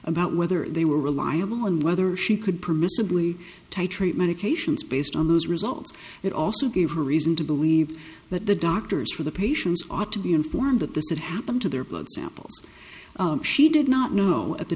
about whether they were reliable and whether she could permissibly titrate medications based on those results that also gave her reason to believe that the doctors for the patients ought to be informed that this had happened to their blood samples she did not know at the